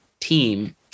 team